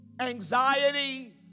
anxiety